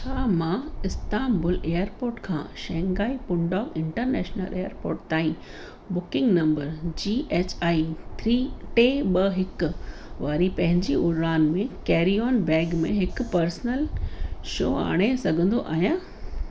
छा मां Istanbul airport खां शेंघाई पुंडोंग इंटरनैशनल एअरपोर्ट ताईं बुकिंग नंबर जीएचआई थ्री टे ॿ हिकु वारी पंहिंजी उड़ान में कैरी ऑन बैग में हिकु पर्सनल शो आणे सघंदो आहियां